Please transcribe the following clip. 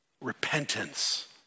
Repentance